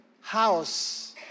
house